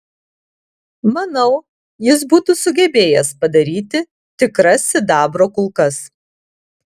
manau jis būtų sugebėjęs padaryti tikras sidabro kulkas